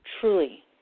truly